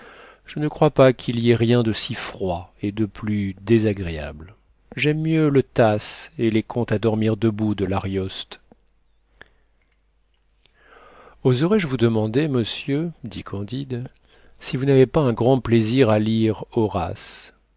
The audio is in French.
je ne crois pas qu'il y ait rien de si froid et de plus désagréable j'aime mieux le tasse et les contes à dormir debout de l'arioste oserais-je vous demander monsieur dit candide si vous n'avez pas un grand plaisir à lire horace